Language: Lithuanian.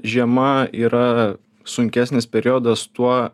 žiema yra sunkesnis periodas tuo